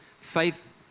Faith